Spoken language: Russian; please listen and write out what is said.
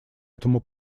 этому